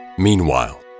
Meanwhile